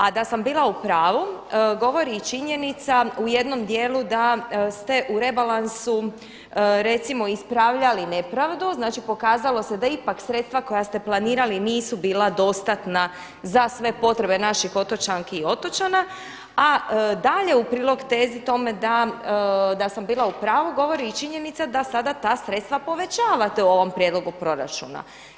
A da sam bila upravu govori i činjenica u jednom djelu da ste u rebalansu recimo ispravljali nepravdu, znači pokazalo se da ipak sredstva koja ste planirali nisu bila dostatna za sve potrebe naših otočanki i otočana a dalje u prilog tezi tome da sam bila u pravu govori i činjenica da sada ta sredstva povećavate u ovom prijedlogu proračuna.